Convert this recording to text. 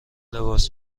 لباس